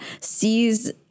sees